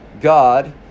God